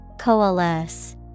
Coalesce